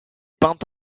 peinte